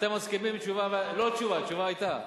אתם מסכימים לתשובה, לא תשובה, תשובה היתה.